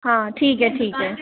हा ठीक है ठीक है